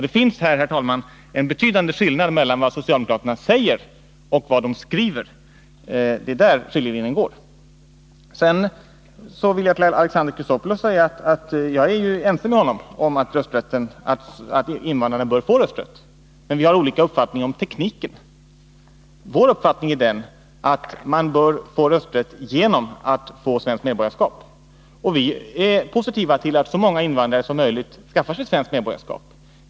Det finns här, herr talman, en betydande skillnad mellan vad socialdemokraterna säger och vad de skriver. Det är där skiljelinjen går. Sedan vill jag till Alexander Chrisopoulos säga att jag är ense med honom om att invandrarna bör få rösträtt, men att vi har olika uppfattningar om tekniken. Vår uppfattning är den att man bör få rösträtt genom att få svenskt medborgarskap, och vi är positiva till att så många invandrare som möjligt skaffar sig svenskt medborgarskap.